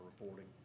reporting